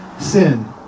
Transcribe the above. sin